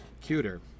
cuter